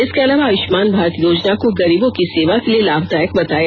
इसके अलावा आयुष्मान भारत योजना को गरीबों की सेवा के लिए लाभदायक बताया